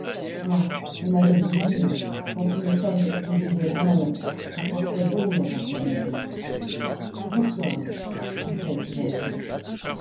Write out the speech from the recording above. ah on avait beau dire quand une femme se conduisait mal ça portait bonheur à sa maison bonsoir dit-elle tout d'un coup